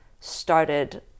started